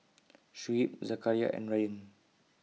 Shuib Zakaria and Ryan